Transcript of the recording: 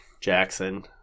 Jackson